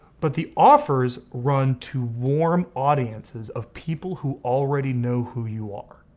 but the offers run to warm audiences of people who already know who you are.